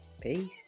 Peace